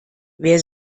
wer